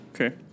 Okay